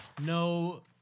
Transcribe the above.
No